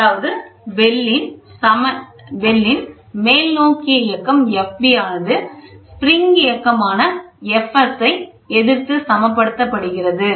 அதாவது பெல்லின் மேல்நோக்கிய இயக்கம் Fb ஆனது spring இயக்கமான Fs ஐஎதிர்த்து சமப்படுத்தப்படுகிறது